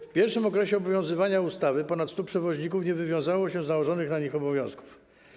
W pierwszym okresie obowiązywania ustawy ponad 100 przewoźników nie wywiązało się z nałożonych na nich obowiązków.